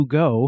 go